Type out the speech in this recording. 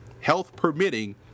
health-permitting